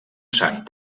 sant